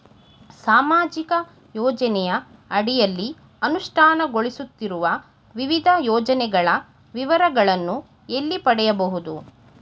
ಸಾಮಾಜಿಕ ಯೋಜನೆಯ ಅಡಿಯಲ್ಲಿ ಅನುಷ್ಠಾನಗೊಳಿಸುತ್ತಿರುವ ವಿವಿಧ ಯೋಜನೆಗಳ ವಿವರಗಳನ್ನು ಎಲ್ಲಿ ಪಡೆಯಬಹುದು?